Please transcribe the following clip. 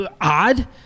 odd